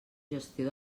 gestió